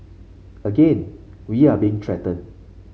again we are being threatened